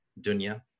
Dunya